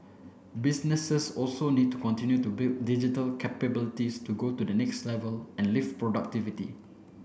businesses also need to continue to build digital capabilities to go to the next level and lift productivity